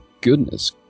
Goodness